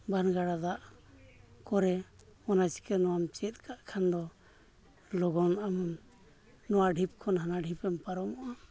ᱵᱟᱱ ᱜᱟᱰᱟ ᱫᱟᱜ ᱠᱚᱨᱮ ᱚᱱᱟ ᱪᱤᱠᱟᱹ ᱱᱚᱣᱟᱢ ᱪᱮᱫ ᱠᱟᱜ ᱠᱷᱟᱱ ᱫᱚ ᱞᱚᱜᱚᱱ ᱟᱢᱮᱢ ᱱᱚᱣᱟ ᱰᱷᱤᱯ ᱠᱷᱚᱱ ᱦᱟᱱᱟ ᱰᱷᱤᱯᱮᱢ ᱯᱟᱨᱚᱢᱚᱜᱼᱟ